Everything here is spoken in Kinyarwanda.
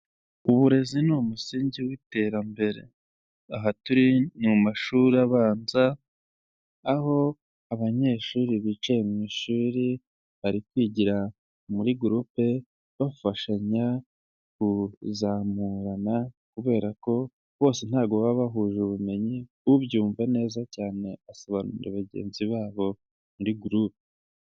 Uburezi ni umusingi w'iterambere. Aha turi mu mashuri abanza, aho abanyeshuri bicaye mu ishuri, bari kwigira muri groupe, bafashanya, kuzamurana, kubera ko bose ntabwo baba bahuje ubumenyi, ubyumva neza cyane asobanurira bagenzi babo muri groupe.